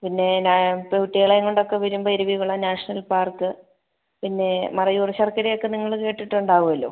പിന്നെ നയൻത് കുട്ടികളെയും കൊണ്ട് ഒക്കെ വരുമ്പോൾ ഇരവികുളം നാഷണൽ പാർക്ക് പിന്നെ മറയൂർ ശർക്കര ഒക്കെ നിങ്ങൾ കേട്ടിട്ടുണ്ടാവുമല്ലോ